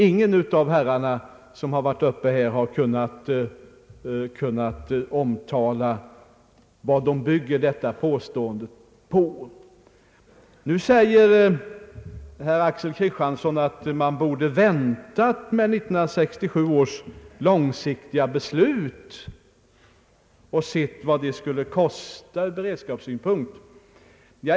Ingen av herrarna som uttalat sig här har kunnat omtala vad man bygger detta påstående på. Nu säger herr Axel Kristiansson att vi borde ha väntat med 1967 års långsiktiga beslut och sett vad det skulle kosta ur beredskapssynpunkt.